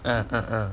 mm mm mm